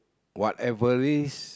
whatever is